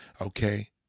okay